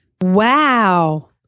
Wow